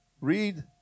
read